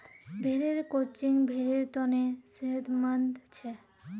भेड़ेर क्रचिंग भेड़ेर तने सेहतमंद छे